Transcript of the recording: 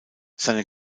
seine